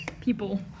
people